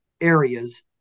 areas